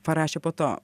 parašė po to